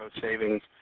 savings